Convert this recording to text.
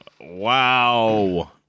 Wow